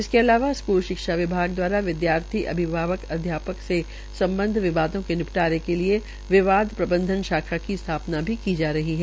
इसके अलावा स्कूल शिक्षाविभाग द्वाराविद्यार्थी अभिभावक अध्यापक से संमद्व विवादों के निपटाने के लिए विवाद प्रंबधन शाखा की स्थापना भी की जा रही है